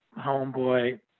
homeboy